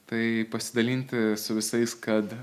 tai pasidalinti su visais kad